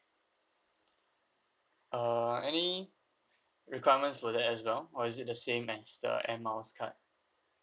err any requirements for that as well or is it the same as the air miles card